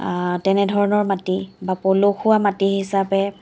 তেনেধৰণৰ মাটি বা পলসুৱা মাটি হিচাপে